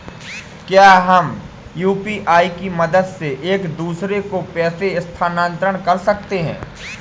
क्या हम यू.पी.आई की मदद से एक दूसरे को पैसे स्थानांतरण कर सकते हैं?